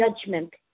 judgment